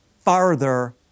farther